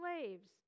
slaves